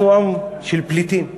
אנחנו עם של פליטים.